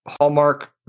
Hallmark